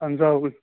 آہن حظ آ